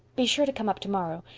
be sure to come up tomorrow.